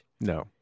No